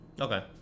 Okay